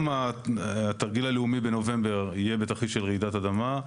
גם התרגיל הלאומי בנובמבר יהיה בתרחיש של רעידת אדמה.